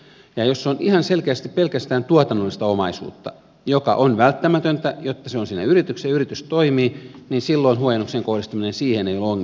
ja jos se on ihan selkeästi pelkästään tuotannollista omaisuutta joka on välttämätöntä jotta se on sillä yrityksellä ja yritys toimii niin silloin huojennuksen kohdistaminen siihen ei ole ongelmallista